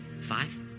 five